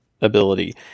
ability